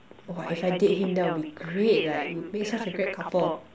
!wah! if I date him that would be great like we make such a great couple